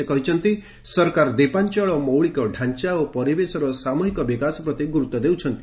ସେ କହିଛନ୍ତି ସରକାର ଦ୍ୱିପାଞ୍ଚଳ ମୌଳିକ ଢାଞ୍ଚା ଓ ପରିବେଶର ସାମୁହିକ ବିକାଶ ପ୍ରତି ଗୁରୁତ୍ୱ ଦେଉଛନ୍ତି